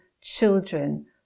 children